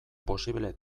posible